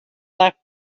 left